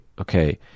okay